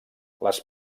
les